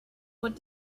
what